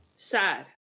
Sad